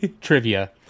trivia